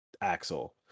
Axel